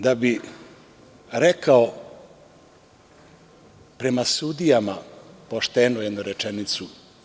Da bih rekao prema sudijama poštenu jednu rečenicu.